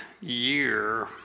year